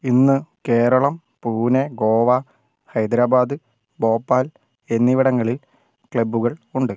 ഇന്ന് കേരളം പൂനെ ഗോവ ഹൈദരാബാദ് ഭോപ്പാൽ എന്നിവിടങ്ങളിൽ ക്ലബ്ബുകൾ ഉണ്ട്